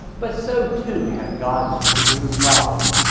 but so too have god's true prophets.